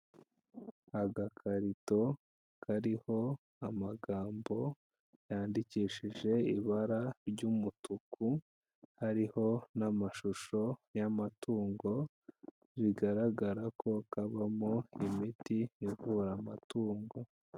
Agakarito kariho amagambo yandikishije ibara ry'umutuku, hariho n'amashusho y'amatungo bigaragara ko kavamo imiti ivura amatungo.